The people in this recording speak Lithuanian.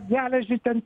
geležį ten